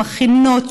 שמכינות,